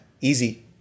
easy